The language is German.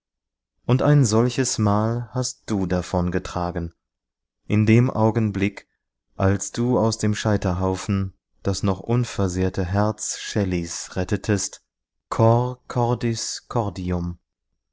und ein solches mal hast du davon getragen in dem augenblick als du aus dem scheiterhaufen das noch unversehrte herz shelleys rettetest cor cordis cordium